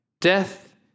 death